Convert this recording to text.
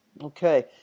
Okay